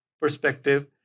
perspective